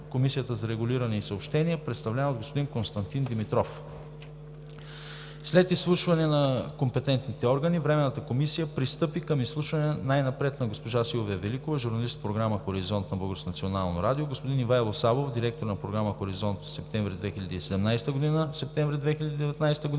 Комисията за регулиране на съобщенията, представлявана от господин Константин Димитров. След изслушване на компетентните органи Временната комисия пристъпи към изслушване най-напред на госпожа Силвия Великова, журналист в програма „Хоризонт“ на Българското национално радио, господин Ивайло Савов, директор на програма „Хоризонт“ от месец септември 2017 г.